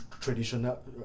traditional